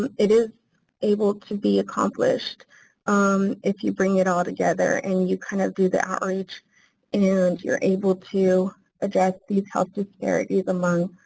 it is able to be accomplished if you bring it all together and you kind of do the outreach and you're able to address these health disparities among